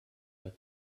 but